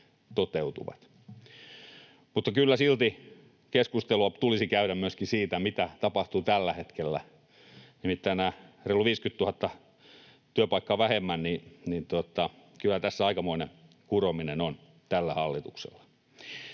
toteutuvat. Mutta kyllä silti keskustelua tulisi käydä myöskin siitä, mitä tapahtuu tällä hetkellä. Nimittäin kun on reilu 50 000 työpaikkaa vähemmän, niin kyllä tässä aikamoinen kurominen on tällä hallituksella.